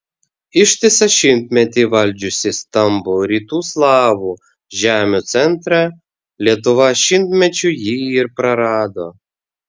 ištisą šimtmetį valdžiusi stambų rytų slavų žemių centrą lietuva šimtmečiui jį ir prarado